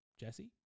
Jesse